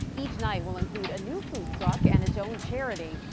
each night will include a new food truck and its own charity.